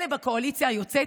אלה בקואליציה היוצאת,